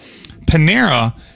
Panera